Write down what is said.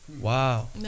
wow